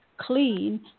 clean